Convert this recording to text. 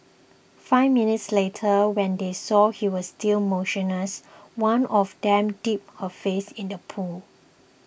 five minutes later when they saw he was still motionless one of them dipped her face in the pool